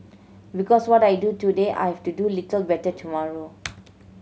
because what I do today I have to do little better tomorrow